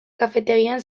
kafetegian